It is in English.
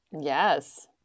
Yes